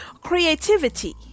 creativity